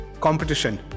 competition